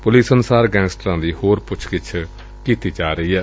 police ਅਨੁਸਾਰ ਗੈਂਗਸਟਰਾਂ ਦੀ ਹੋਰ ਪੁੱਛ ਗਿੱਛ ਜਾਰੀ ਏ